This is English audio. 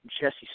Jesse